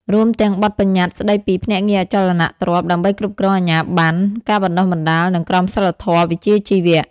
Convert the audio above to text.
រួមទាំងបទប្បញ្ញត្តិស្តីពីភ្នាក់ងារអចលនទ្រព្យ ដើម្បីគ្រប់គ្រងអាជ្ញាបណ្ណ ការបណ្តុះបណ្តាល និងក្រមសីលធម៌វិជ្ជាជីវៈ។